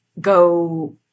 go